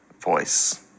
voice